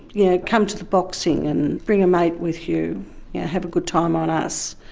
you know, come to the boxing, and bring a mate with you, and have a good time on us,